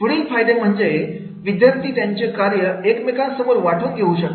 पुढील फायदे म्हणजे विद्यार्थी त्यांचे कार्य एकमेकांबरोबर वाटून घेऊ शकतात